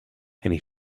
and